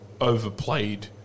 overplayed